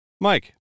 Mike